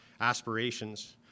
aspirations